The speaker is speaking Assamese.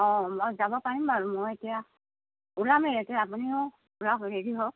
অঁ মই যাব পাৰিম বাৰু মই এতিয়া ওলামেই এতিয়া আপুনিও ওলাওক ৰেডি হওক